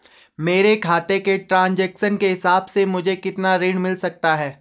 मेरे खाते के ट्रान्ज़ैक्शन के हिसाब से मुझे कितना ऋण मिल सकता है?